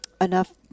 enough